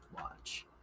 watch